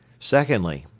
secondly,